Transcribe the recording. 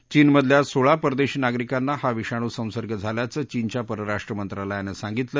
चीनमधल्या सोळा परदेशी नागरिकांना हा विषाणूसंसर्ग झाल्याचं चीनच्या परराष्ट्र मंत्रालयानं सांगितलं